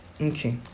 Okay